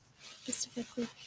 specifically